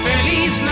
Feliz